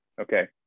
Okay